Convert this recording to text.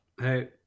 Hey